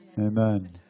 Amen